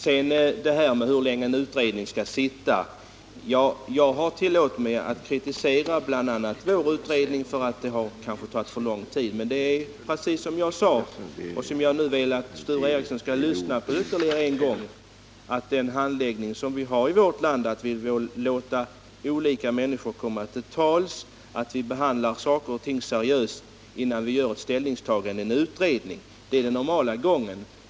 Sture Ericson talade om hur länge en utredning skall sitta. Jag har tillåtit mig att kritisera bl.a. vår utredning för att det kanske har tagit alltför lång tid. Som jag förut sagt — nu ber jag Sture Ericson att lyssna på nytt — vill vi i vårt land låta olika människor komma till tals och vi vill behandla frågorna seriöst, innan utredningen tar ställning. Detta är den normala gången.